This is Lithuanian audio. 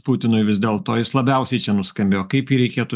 putinui vis dėl to jis labiausiai čia nuskambėjo kaip jį reikėtų